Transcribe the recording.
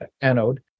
anode